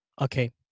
Okay